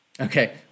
Okay